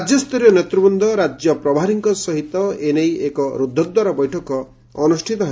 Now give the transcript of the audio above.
ରାଜ୍ୟସ୍ତରୀୟ ନେତୂବୂନ୍ଦ ରାଜ୍ୟ ପ୍ରଭାରୀଙ୍କ ସହିତ ଏ ନେଇ ଏକ ରୁଦ୍ଧଦ୍ୱାର ବୈଠକ ଅନୁଷ୍ଠିତ ହେବ